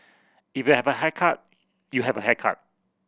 if you have a haircut you have a haircut